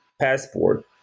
passport